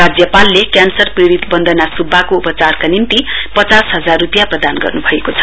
राज्यपालले क्यान्सर पीडित बन्दना स्ब्बाको उपचारका निम्ति पचास हजार रूपियाँ प्रदान गर्नु भएको छ